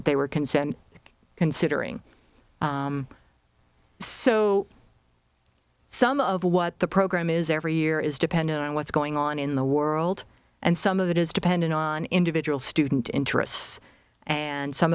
that they were concerned considering so some of what the program is every year is dependent on what's going on in the world and some of it is dependent on individual student interests and some